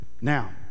Now